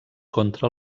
contra